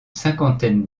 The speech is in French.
cinquantaine